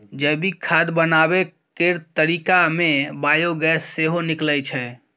जैविक खाद बनाबै केर तरीका मे बायोगैस सेहो निकलै छै